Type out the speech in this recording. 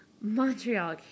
Montreal